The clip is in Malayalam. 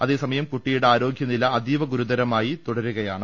അതേസമയം കുട്ടിയുടെ ആരോഗ്യനില അതീവ ഗുരുതരമായി തുടരുകയാണ്